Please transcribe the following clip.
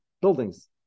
buildings